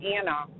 Anna